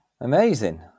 amazing